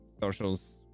Socials